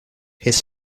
his